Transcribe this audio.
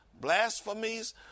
blasphemies